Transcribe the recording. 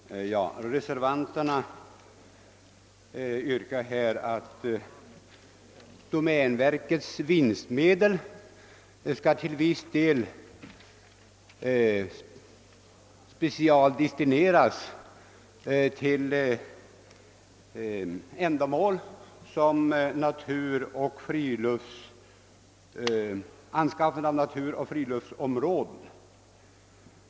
Herr talman! Reservanterna yrkar på att domänverkets vinstmedel till viss del skall specialdestineras till anordnande av naturoch friluftsområden.